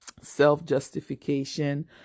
Self-justification